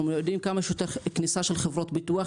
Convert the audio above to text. אנחנו מעודים כמה שיותר כניסה של חברות ביטוח.